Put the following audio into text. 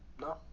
no